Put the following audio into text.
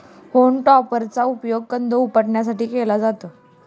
home टॉपरचा उपयोग कंद उपटण्यासाठी केला जातो